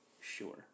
Sure